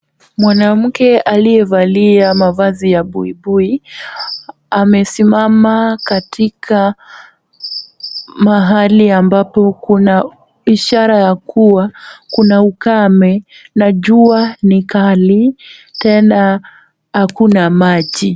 Mwanamke aliyevalia mavazi ya buibui, amesimama katika mahali ambapo kuna ishara ya kuwa kuna ukame na jua ni kali tena hakuna maji.